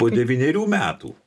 po devynerių metų